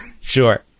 Sure